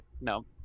no